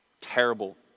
terrible